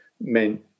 meant